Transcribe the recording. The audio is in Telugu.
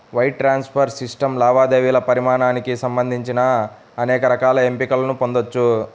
వైర్ ట్రాన్స్ఫర్ సిస్టమ్ లావాదేవీల పరిమాణానికి సంబంధించి అనేక రకాల ఎంపికలను పొందొచ్చు